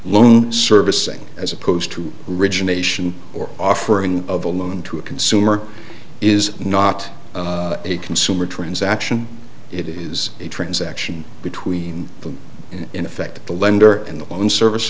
loan servicing as opposed to rigid nation or offering of a loan to a consumer is not a consumer transaction it is a transaction between them in effect that the lender and the loan service